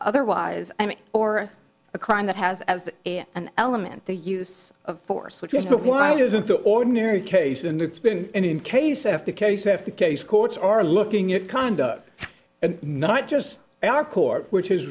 otherwise i mean for a crime that has as an element the use of force which is why isn't the ordinary case and it's been in case after case after case courts are looking at conduct and not just our court which is